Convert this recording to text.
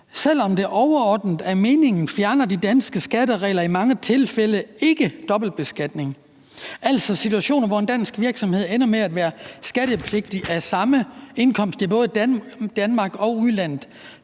Selv om det overordnet er meningen, fjerner de danske skatteregler i mange tilfælde ikke dobbeltbeskatningen, altså situationer, hvor en dansk virksomhed ender med at være skattepligtig af samme indkomst i både Danmark og udlandet.